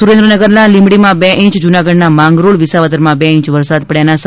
સુરેન્દ્રનગરના લીંબડીમાં બે ઇંચ જૂનાગઢના માંગરોળ વિસાવદરમાં બે ઇંચ વરસાદ પડયાના સમાચાર છે